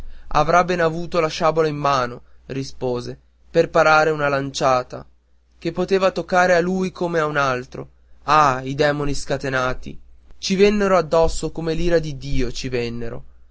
avrà ben avuto la sciabola in mano rispose per parare una lanciata che poteva toccare a lui come a un altro ah i demoni scatenati ci vennero addosso come l'ira di dio ci vennero